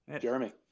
jeremy